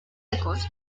secos